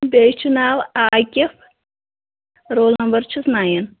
بیٚیِس چھُ ناو عاقِف رول نمبر چھُس نایِن